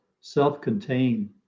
self-contained